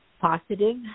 positive